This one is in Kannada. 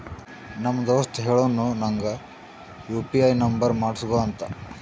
ನಮ್ ದೋಸ್ತ ಹೇಳುನು ನಂಗ್ ಯು ಪಿ ಐ ನುಂಬರ್ ಮಾಡುಸ್ಗೊ ಅಂತ